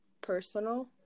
personal